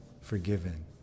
forgiven